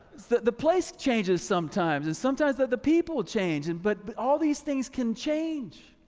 the the place changes sometimes and sometimes that the people will change and but but all these things can change.